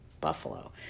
buffalo